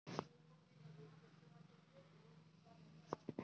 मुझे अपने खाते से चालान लगाना है क्या मैं लगा सकता हूँ इसकी जानकारी चाहिए?